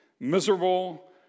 miserable